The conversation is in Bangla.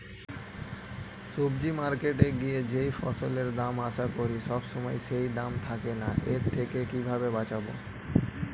সবজি মার্কেটে গিয়ে যেই ফসলের দাম আশা করি সবসময় সেই দাম থাকে না এর থেকে কিভাবে বাঁচাবো?